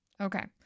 Okay